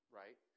right